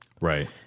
Right